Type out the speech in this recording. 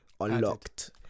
unlocked